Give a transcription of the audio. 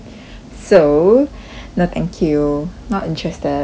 so no thank you not interested